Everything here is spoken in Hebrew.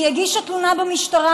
היא הגישה תלונה במשטרה,